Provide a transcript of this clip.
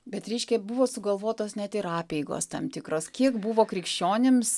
bet ryškia buvo sugalvotos net ir apeigos tam tikros kiek buvo krikščionims